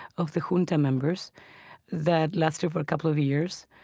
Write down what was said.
of the junta members that lasted for a couple of years.